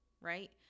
right